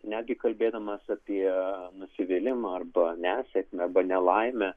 netgi kalbėdamas apie nusivylimą arba nesėkmę arba nelaimę